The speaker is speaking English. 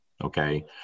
okay